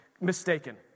mistaken